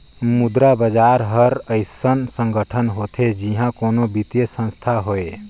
मुद्रा बजार हर अइसन संगठन होथे जिहां कोनो बित्तीय संस्थान होए